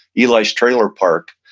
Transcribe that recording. eli's trailer park.